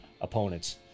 opponents